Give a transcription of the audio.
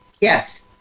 Yes